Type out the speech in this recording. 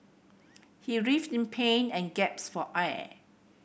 he writhed in pain and gasped for air